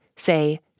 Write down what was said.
say